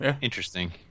Interesting